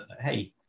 hey